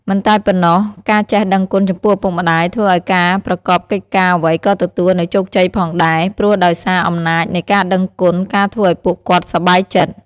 មិនតែប៉ុណ្ណោះ ការចេះដឹងគុណចំពោះឪពុកម្ដាយធ្វើឲ្យការប្រកបកិច្ចការអ្វីក៏ទទួលនៅជោគជ័យផងដែរ ព្រោះដោយសារអំណាចនៃការដឹងគុណការធ្វើឲ្យពួកគាត់សប្បាយចិត្ត។